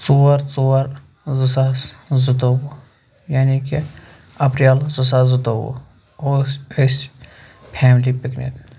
ژور ژور زٕ ساس زٕتووُہ یعنے کہِ اپریل زٕ ساس زٕتووُہ اوس اسہِ فیملی پِکنِک